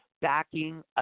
backing